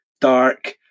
dark